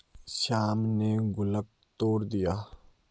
श्याम ने गुल्लक तोड़ दिया